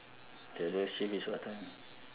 the other shift is what time